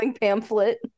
pamphlet